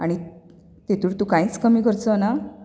आनी तेतूंत तूं कांयच कमी करचो ना